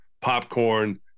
popcorn